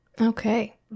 Okay